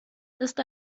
ist